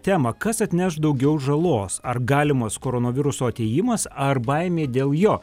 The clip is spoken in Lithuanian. temą kas atneš daugiau žalos ar galimas koronaviruso atėjimas ar baimė dėl jo